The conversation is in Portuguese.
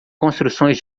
construções